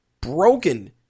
broken